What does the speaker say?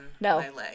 No